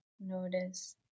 Notice